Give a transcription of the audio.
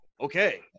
okay